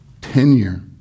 tenure